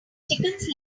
chickens